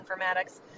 informatics